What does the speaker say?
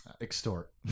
extort